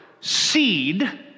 seed